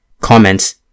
comments